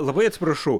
labai atsiprašau